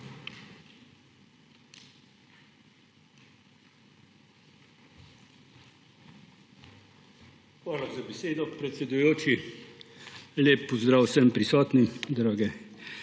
Hvala za besedo, predsedujoči. Lep pozdrav vsem prisotnim, drage